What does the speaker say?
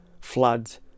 floods